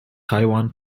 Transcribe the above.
taiwan